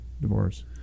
divorce